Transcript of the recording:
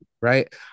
Right